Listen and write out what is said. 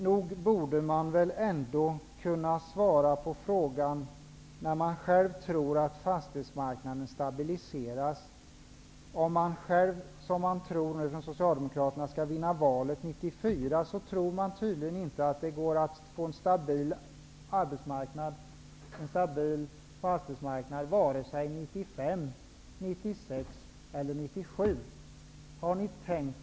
Nog borde man väl ändå kunna svara på frågan när man själv tror att fastighetsmarknaden är stabiliserad. Socialdemokraterna tror själva att de skall vinna valet 1994, men de tror tydligen inte att det går att få en stabil arbets och fastighetsmarknad 1995, 1996 eller 1997.